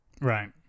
Right